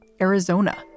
Arizona